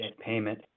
payment